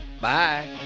Bye